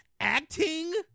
acting